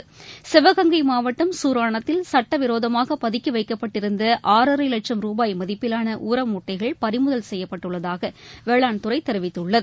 மாவட்டம் சிவகங்கை சூராணத்தில் சட்டவிரோதமாகபதுக்கிவைக்கப்பட்டிருந்தஆறரைலட்சம் ரூபாய் மதிப்பிலான உர மூட்டைகள் பறிமுதல் செய்யப்பட்டுள்ளதாகவேளாண் துறைதெரிவித்துள்ளது